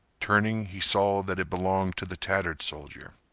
turning he saw that it belonged to the tattered soldier.